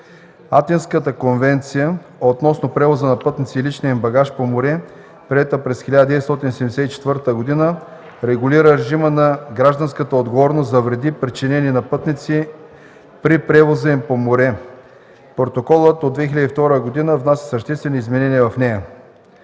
Атинската конвенция относно превоза на пътници и личния им багаж по море, приета през 1974 г., регулира режима на гражданската отговорност за вреди, причинени на пътници при превоза им по море. Протоколът от 2002 г. внася съществени изменения в нея.